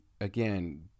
again